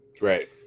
right